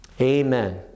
amen